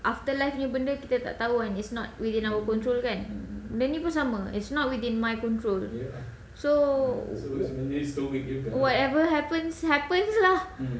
afterlife punya benda kita tak tahu and it's not within our control kan dan ni pun sama it's not within my control so whatever happens happens lah